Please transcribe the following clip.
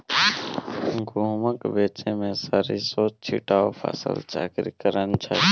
गहुमक बीचमे सरिसों छीटब फसल चक्रीकरण छै